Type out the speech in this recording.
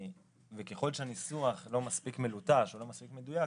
וככל שהניסוח לא מספיק מלוטש או לא מספיק מדויק,